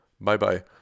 Bye-bye